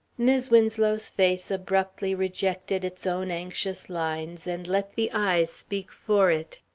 mis' winslow's face abruptly rejected its own anxious lines and let the eyes speak for it.